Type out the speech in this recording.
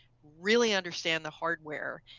really understand the hardware,